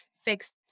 fixed